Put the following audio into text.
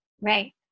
Right